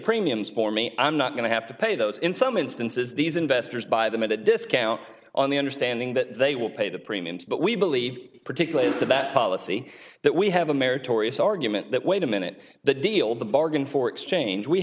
premiums for me i'm not going to have to pay those in some instances these investors buy them at a discount on the understanding that they will pay the premiums but we believe particularly to that policy that we have a meritorious argument that wait a minute that deal the bargain for exchange we